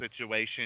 situation